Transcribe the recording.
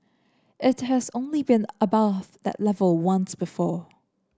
it has only been above that level once before